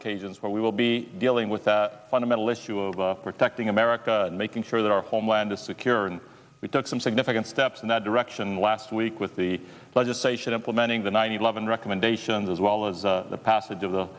occasions where we will be dealing with that fundamental issue of protecting america and making sure that our homeland is secure and we took some significant steps in that direction last week with the largest they should implementing the nine eleven recommendations as well as the passage of the